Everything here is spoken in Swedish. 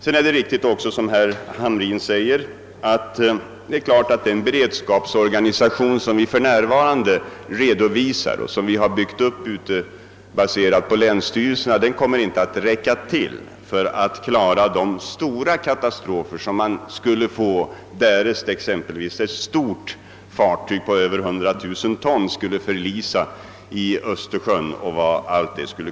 Det är också riktigt som herr Hamrin säger att den beredskapsorganisation som för närvarande är uppbyggd vid länsstyrelserna inte kommer att räcka till för att klara de stora katastrofer som kan inträffa därest exempelvis fartyg på över 100 000 ton skulle förlisa i Östersjön.